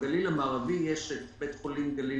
בגליל המערבי יש את בית חולים הגליל